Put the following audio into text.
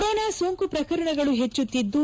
corona ಸೋಂಕು ಪ್ರಕರಣಗಳು ಹೆಚ್ಚುತ್ತಿದ್ದು